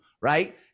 right